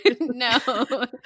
no